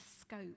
scope